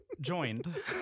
joined